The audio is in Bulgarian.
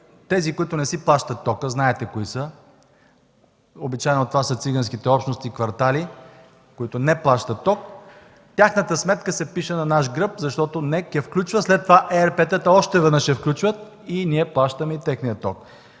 тези, които не си плащат тока. Знаете кои са. Обичайно това са циганските общности, квартали, които не плащат ток. Тяхната сметка се пише на наш гръб, защото НЕК я включва. След това ЕРП-тата още веднъж я включват. Ние плащаме и техния ток.